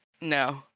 No